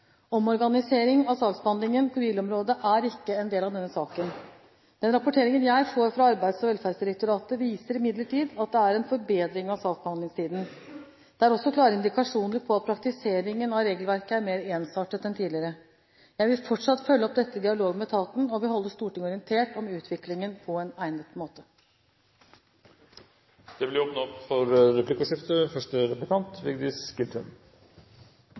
er ikke en del av denne saken. Den rapporteringen jeg får fra Arbeids- og velferdsdirektoratet, viser imidlertid at det er en forbedring av saksbehandlingstiden. Det er også klare indikasjoner på at praktiseringen av regelverket er mer ensartet enn tidligere. Jeg vil fortsatt følge opp dette i dialog med etaten og vil holde Stortinget orientert om utviklingen på en egnet måte. Det blir replikkordskifte. Ved behandlingen i 2003 var det meningen at ordningen skulle bli bedre for